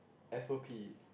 s_o_p